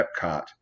epcot